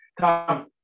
Tom